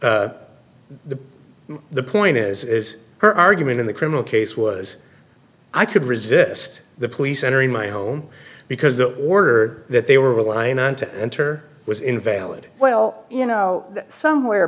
but the the point is is her argument in the criminal case was i could resist the police entering my home because the order that they were relying on to enter was invalid well you know somewhere